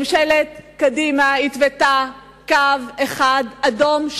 ממשלת קדימה התוותה קו אחד אדום,